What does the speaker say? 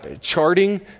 charting